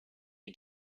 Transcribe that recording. you